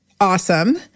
awesome